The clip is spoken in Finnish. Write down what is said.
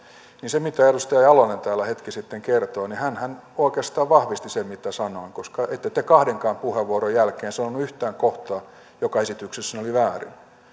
niin sillä mitä edustaja jalonen täällä hetki sitten kertoi hänhän oikeastaan vahvisti sen mitä sanoin koska ette te kahdenkaan puheenvuoron jälkeen sanonut yhtään kohtaa joka esityksessäni oli